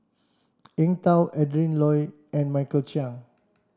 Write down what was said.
Eng Tow Adrin Loi and Michael Chiang